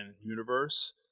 universe